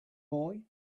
boy